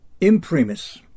Imprimis